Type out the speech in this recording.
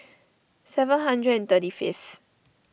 seven hundred and thirty fifth